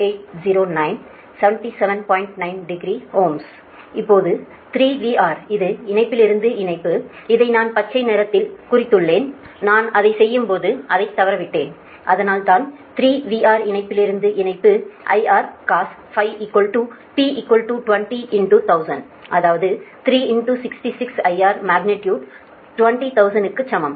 90 Ω இப்போது 3VR இது இணைப்புலிருந்து இணைப்புஇதை நான் பச்சை நிறத்தில் குறித்ததுள்ளேன் நான் அதை செய்யும் போது அதை தவறவிட்டேன் அதனால் தான் 3VR இணைப்புலிருந்து இணைப்பு IR cos φP201000 அதாவது 3 66 IR மக்னிடியுடு 20000 க்கு சமம்